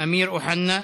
אמיר אוחנה.